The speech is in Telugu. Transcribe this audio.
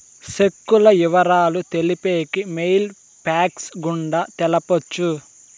సెక్కుల ఇవరాలు తెలిపేకి మెయిల్ ఫ్యాక్స్ గుండా తెలపొచ్చు